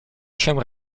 się